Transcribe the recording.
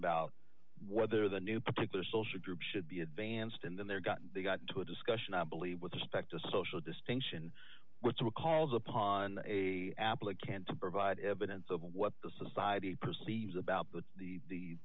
about whether the new particular social group should be advanced in their gut they got into a discussion i believe with respect to social distinction which recalls upon a applique can't provide evidence of what the society perceives about the the